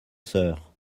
sœurs